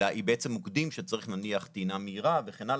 אלא היא בעצם מוקדים שצריך בהם נניח טעינה מהירה וכן הלאה,